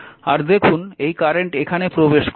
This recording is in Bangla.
আর দেখুন এই কারেন্ট এখানে প্রবেশ করছে